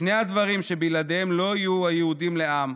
"שני הדברים שבלעדיהם לא יהיו היהודים לעם: